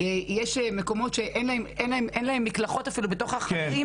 יש מקומות שאין להם אפילו מקלחות בתוך החדרים.